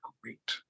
great